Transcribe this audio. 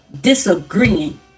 disagreeing